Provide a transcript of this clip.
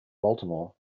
baltimore